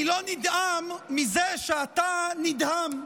אני לא נדהם מזה שאתה נדהם,